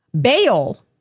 bail